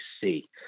see